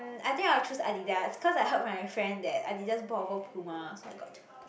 mm I think I will choose Adidas cause I heard from my friend that Adidas bought over Puma so I got two